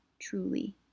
truly